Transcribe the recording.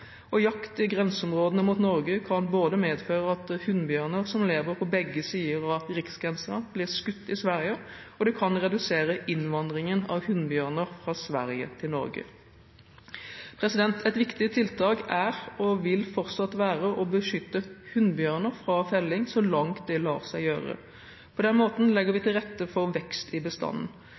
Jakt i grenseområdene mot Norge kan både medføre at hunnbjørner som lever på begge sider av riksgrensen, blir skutt i Sverige, og det kan redusere innvandringen av hunnbjørner fra Sverige til Norge. Et viktig tiltak er og vil fortsatt være å beskytte hunnbjørner fra felling så langt det lar seg gjøre. På den måten legger vi til rette for vekst i bestanden.